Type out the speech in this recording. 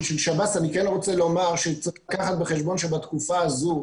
של שב"ס אני כן רוצה לומר שצריך לקחת בחשבון שבתקופה הזו,